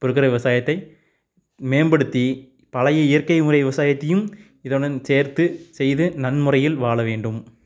இப்போ இருக்கிற விவசாயத்தை மேம்படுத்தி பழைய இயற்கை முறை விவசாயத்தையும் இதனுடன் சேர்த்து செய்து நன்முறையில் வாழ வேண்டும்